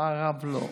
אמר הרב: לא,